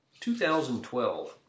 2012